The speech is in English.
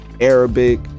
Arabic